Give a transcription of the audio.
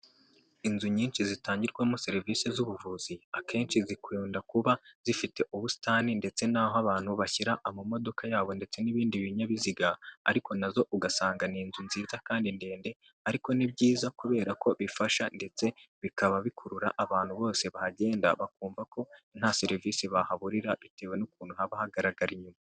Inzu nyinshi zitangirwamo serivise z'ubuvuzi, akenshi zikunda kuba, zifite ubusitani ndetse n'aho abantu bashyira amamodoka yabo ndetse n'ibindi binyabiziga, ariko na zo ugasanga ni inzu nziza kandi ndende. Ariko ni byiza kubera ko bifasha ndetse, bikaba bikurura abantu bose bahagenda, bakumva ko nta serivise bahaburira bitewe n'ukuntu haba hagaragara inyuma.